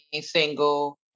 single